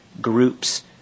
groups